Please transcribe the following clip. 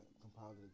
compiled